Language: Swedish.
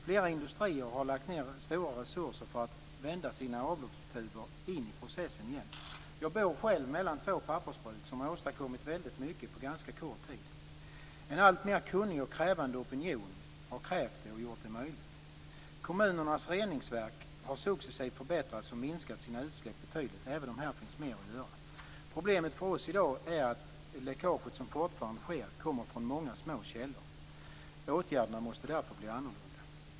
Flera industrier har lagt ned stora resurser för att vända sina avloppstuber in i processen igen. Jag bor själv mellan två papppersbruk som har åstadkommit väldigt mycket på ganska kort tid. En alltmer kunnig och krävande opinion har krävt det och gjort det möjligt. Kommunernas reningsverk har successivt förbättrats och minskat sina utsläpp betydligt, även om här finns mer att göra. Problemet för oss i dag är att det läckage som fortfarande sker kommer från många små källor. Åtgärderna måste därför bli annorlunda.